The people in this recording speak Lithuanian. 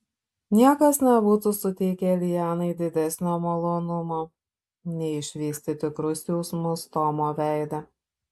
niekas nebūtų suteikę lianai didesnio malonumo nei išvysti tikrus jausmus tomo veide